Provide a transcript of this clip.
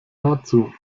dazu